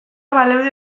baleude